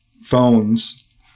phones